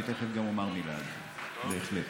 אני תכף אומר מילה גם עליהם, בהחלט.